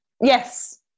Yes